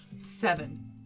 Seven